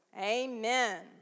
Amen